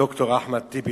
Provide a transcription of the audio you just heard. ד"ר אחמד טיבי,